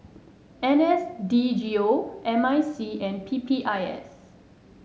N S D G O M I C and P P I S